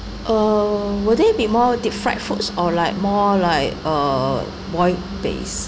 uh will there be more deep fried foods or like more like uh boiled base